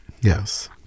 Yes